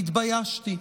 והתביישתי.